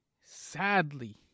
sadly